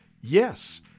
Yes